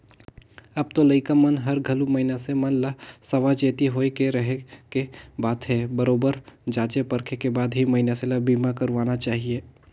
अब तो लइका मन हर घलो मइनसे मन ल सावाचेती होय के रहें के बात हे बरोबर जॉचे परखे के बाद ही मइनसे ल बीमा करवाना चाहिये